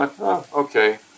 Okay